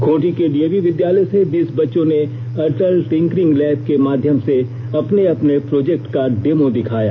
खूंटी के डीएवी विद्यालय से बीस बच्चों ने अटल टिंकरिंग लैब के माध्यम से अपने अपने प्रोजेक्ट का डेमो दिखाया